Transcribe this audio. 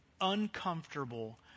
uncomfortable